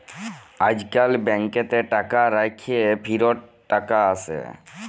আইজকাল ব্যাংকেতে টাকা রাইখ্যে ফিরত টাকা আসে